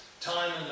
time